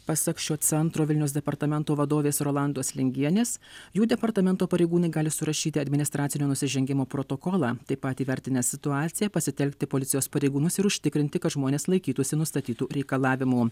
pasak šio centro vilniaus departamento vadovės rolandos lingienės jų departamento pareigūnai gali surašyti administracinio nusižengimo protokolą taip pat įvertinę situaciją pasitelkti policijos pareigūnus ir užtikrinti kad žmonės laikytųsi nustatytų reikalavimų